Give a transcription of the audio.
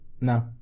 No